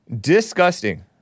Disgusting